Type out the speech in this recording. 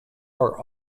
are